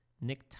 Nick